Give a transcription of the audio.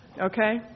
Okay